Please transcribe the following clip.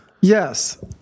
Yes